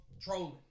trolling